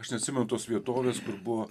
aš neatsimenu tos vietovės kur buvo